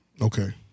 Okay